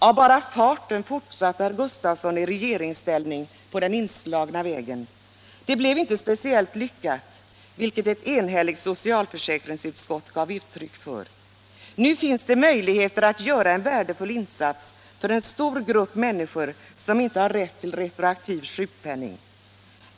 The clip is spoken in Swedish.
Av bara farten fortsatte herr Gustavsson i regeringsställning på den inslagna vägen. Det blev inte speciellt lyckat, vilket ett enhälligt socialförsäkringsutskott gav uttryck för. Nu finns det möjligheter att göra en värdefull insats för en stor grupp människor som inte har rätt till retroaktiv sjukpenning.